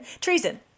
treason